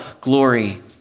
glory